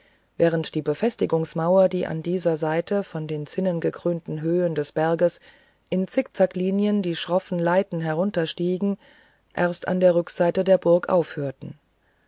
während die befestigungsmauern die an dieser seite von den zinnengekrönten höhen des berges in zickzacklinien die schroffe leite hinunterstiegen erst an der rückseite der burg aufhörten